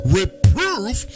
reproof